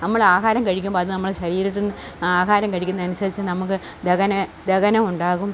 നമ്മൾ ആഹാരം കഴിക്കുമ്പം അത് നമ്മുടെ ശരീരത്തിന് ആഹാരം കഴിക്കുന്നത് അനുസരിച്ച് നമുക്ക് ദഹനം ദഹനം ഉണ്ടാകും